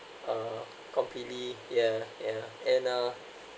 uh completely yeah yeah and uh